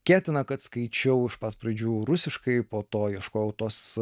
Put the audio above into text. tikėtina kad skaičiau iš pat pradžių rusiškai po to ieškojau tos